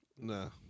No